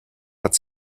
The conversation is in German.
hat